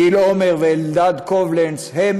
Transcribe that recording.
גיל עומר ואלדד קובלנץ, הם